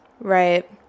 Right